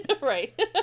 Right